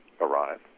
arrive